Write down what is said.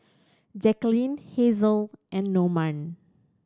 Jaqueline Hazelle and Norman